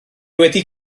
wedi